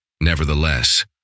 Nevertheless